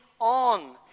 on